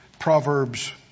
Proverbs